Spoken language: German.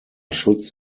schutz